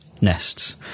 nests